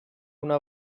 una